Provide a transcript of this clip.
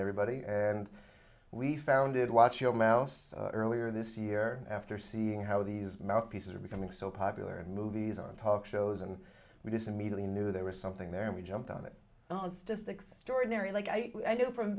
everybody and we founded watch your mouse earlier this year after seeing how these mouthpieces are becoming so popular in movies on talk shows and because immediately knew there was something there and we jumped on it was just extraordinary like i do from